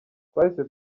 twahise